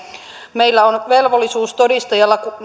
meillä on velvollisuus todistajalla